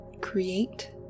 create